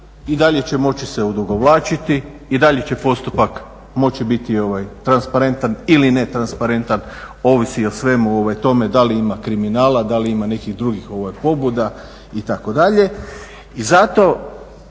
i dalje će moći se odugovlačiti i dalje će postupak moći biti transparentan ili netransparentan ovisi o svemu tome da li ima kriminala, da li ima nekih drugih pobuda itd.